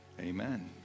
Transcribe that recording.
Amen